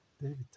David